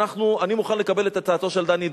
אני מוכן לקבל את הצעתו של דני דנון: